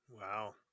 wow